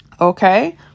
okay